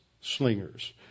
slingers